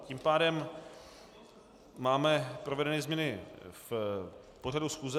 Tím pádem máme provedeny změny v pořadu schůze.